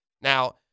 Now